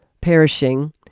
perishing